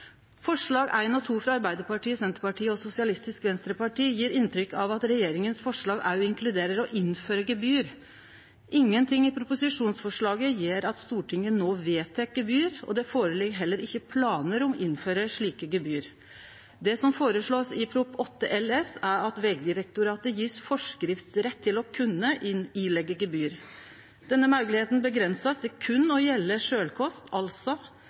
og 2, frå Arbeidarpartiet, Senterpartiet og Sosialistisk Venstreparti, gjev inntrykk av at forslaget frå regjeringa òg inkluderer å innføre gebyr. Ingenting i proposisjonen gjer at Stortinget no vedtek innføring av gebyr, og det ligg heller ikkje føre planar om å innføre slike gebyr. Det som blir føreslått i Prop. 8 LS for 2017–2018, er at Vegdirektoratet blir gjeve forskriftsrett til å kunne gje pålegg om gebyr. Denne moglegheita blir avgrensa til berre å gjelde sjølvkost, altså